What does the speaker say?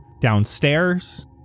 downstairs